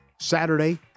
Saturday